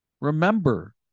remember